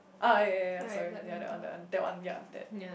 oh yea yea yea sorry that one that one that yea